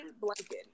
blanket